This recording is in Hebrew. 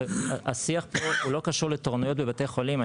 השיח פה הוא לא קשור לתורנויות בבתי חולים,